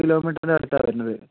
നാല് കിലോമീറ്ററിൻ്റെ അടുത്താണ് വരുന്നത്